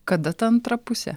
kada tą antrą pusę